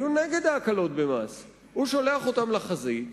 היו נגד ההקלות במס, הוא שולח אותם לחזית,